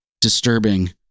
disturbing